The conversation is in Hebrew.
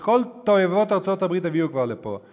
את כל תועבות ארצות-הברית כבר הביאו לפה,